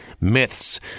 myths